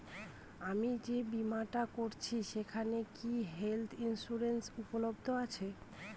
আমি যে বীমাটা করছি সেইখানে কি হেল্থ ইন্সুরেন্স উপলব্ধ আছে?